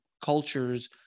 cultures